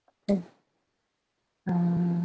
mm uh